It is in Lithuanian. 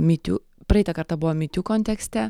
mi tiū praeitą kartą buvo mi tiū kontekste